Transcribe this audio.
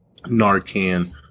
Narcan